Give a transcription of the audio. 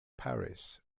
paris